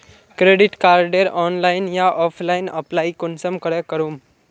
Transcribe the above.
Credit कार्डेर online या offline apply कुंसम करे करूम?